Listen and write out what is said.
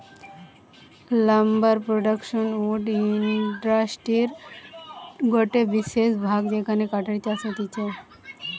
lumber production wood ইন্ডাস্ট্রির গটে বিশেষ ভাগ যেখানে কাঠের চাষ হতিছে